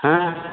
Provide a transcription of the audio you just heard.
ᱦᱮᱸ ᱦᱮᱸ